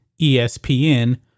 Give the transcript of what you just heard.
ESPN